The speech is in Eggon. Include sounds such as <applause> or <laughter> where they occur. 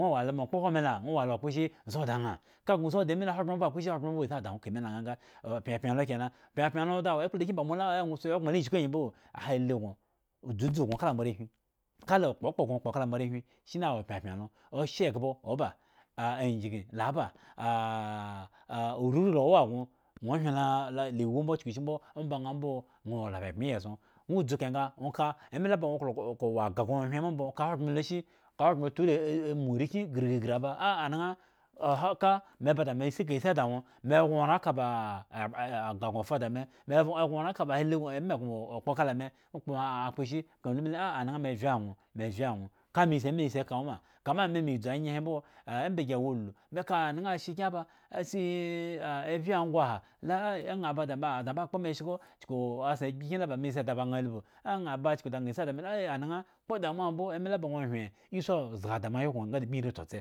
Ŋwo wo alo ma okpohwo ame la, ŋwo wo aloma kpo shi? Ŋwo wo aloma osi di ŋa ka gno si odi ŋha milo, hogbren mbo ba kposhi? Hogbren mbo ba si ada ŋwo kamilo nganga, opyapyan lo kena, pyapyan do lo awo ekpla kyin ba mola ŋwo saya gboŋ lo chuku angyi mbo hali gŋo, udzudzu kala moarehwin, kala okpo kpo gŋo kpo kala moarehwin shine awo pyapyan lo oshye eghbo oba aigyin lo aba ah ururii la woma gŋo ŋwo hyen lo la iwu mbo chukushimbo omba ŋha mbo ŋwo wo la pyapyan iyieson ŋwo dzu kahe nga ŋwo ka ema la ba ŋwo klo ka wo agah ba ŋwo ya ohyen mbombo ka hogbren lu ashi? Ka hogbren atura amo arekyin grigrigri aba a anaŋha oha ka me ba da me si ekahe si da ŋwo me gŋo oran eka aba <hesitation> agah gŋo fa dame, me gŋo oran eka bahali ema gŋo kpo kalame, kpo ŋha kpo shi? Ka ŋha humile anaŋha me vye aŋwo! Me vye anyo! Ka me si embahe si eka ŋwo ma, kama ame me dzu amyehe mbo ah omba gyi wo ulu meka anaŋha ashe kyin aba asi ebhgo angwaha laŋha bada, da ŋha ba kpo meshko chuku asaŋ kyin la ba. me si dŋa baŋ albhu, aŋha ba chuku da ŋha si ada me, mela <hesitation> anaŋha kpo damuwa mbo emala ba ŋwo ohyen yi si zga da moawyen gŋo nga da bmi rii tsotse.